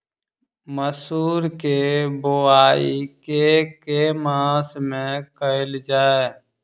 मसूर केँ बोवाई केँ के मास मे कैल जाए?